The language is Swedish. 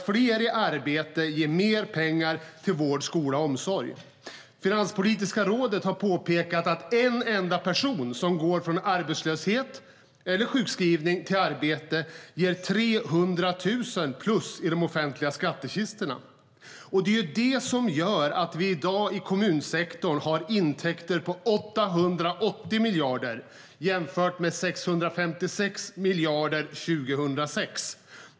Fler i arbete ger mer pengar till vård, skola och omsorg. Finanspolitiska rådet har påpekat att en enda person som går från arbetslöshet eller sjukskrivning till arbete ger ett plus på 300 000 kronor i de offentliga skattkistorna. Det är det som gör att vi i dag i kommunsektorn har intäkter på 880 miljarder jämfört med 656 miljarder 2006.